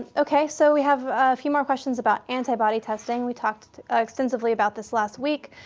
okay. so we have a few more questions about antibody testing. we talked extensively about this last week,